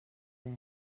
verd